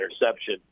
interception